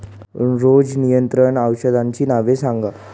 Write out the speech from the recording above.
रोग नियंत्रण औषधांची नावे सांगा?